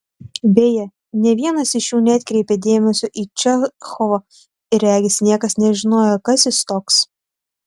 beje nė vienas iš jų neatkreipė dėmesio į čechovą ir regis niekas nežinojo kas jis toks